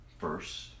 first